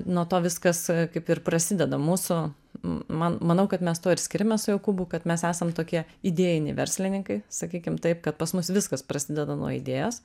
nuo to viskas kaip ir prasideda mūsų man manau kad mes tuo ir skiriamės su jokūbu kad mes esam tokie idėjiniai verslininkai sakykim taip kad pas mus viskas prasideda nuo idėjos